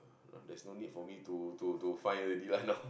there's no need for me to to to find already lah now